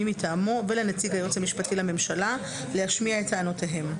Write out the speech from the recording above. מטעמו ולנציג היועץ המשפטי לממשלה להשמיע את טענותיהם.